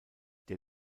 der